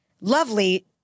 lovely